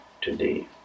today